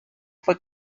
fue